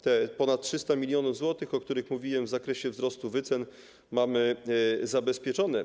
Te ponad 300 mln zł, o których mówiłem, w zakresie wzrostu wycen mamy zabezpieczone.